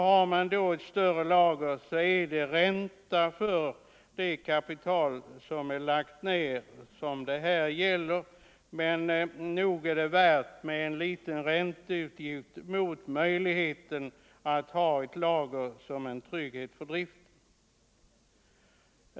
Har man ett större lager så är det ränta på nedlagt kapital som det här gäller. Men möjligheten att ha ett lager som tryggar driften är väl värd en liten ränteutgift.